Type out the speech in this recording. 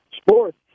Sports